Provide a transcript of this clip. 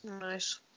Nice